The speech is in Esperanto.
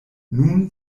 nun